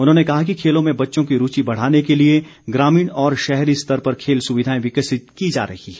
उन्होंने कहा कि खेलों में बच्चों की रूचि बढ़ाने के लिए ग्रामीण और शहरी स्तर पर खेल सुविधाएं विकसित की जा रही हैं